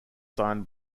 signed